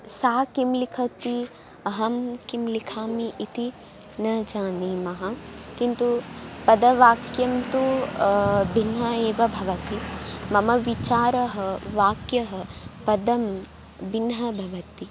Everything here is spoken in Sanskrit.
सा किं लिखति अहं किं लिखामि इति न जानीमः किन्तु पदवाक्यं तु भिन्नम् एव भवति मम विचारः वाक्यं पदं भिन्नं भवति